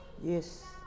Yes